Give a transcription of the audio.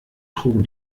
trugen